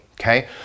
okay